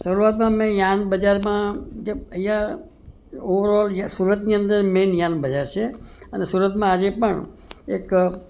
શરૂઆતમાં મેં યાન બજારમાં અહીંયા ઓવરઓલ સુરતની અંદર મેન યાન બજાર છે અને સુરતમાં આજે પણ એક